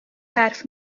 حرف